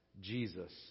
Jesus